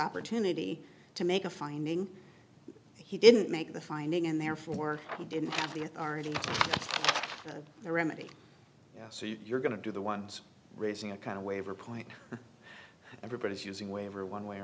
opportunity to make a finding he didn't make the finding and therefore he didn't have the authority to thank the remedy so you're going to do the ones raising a kind of waiver point everybody's using waiver one way or